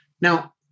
Now